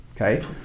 okay